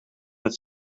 het